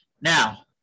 Now